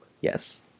Yes